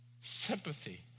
sympathy